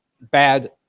bad